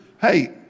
Hey